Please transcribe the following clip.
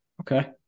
Okay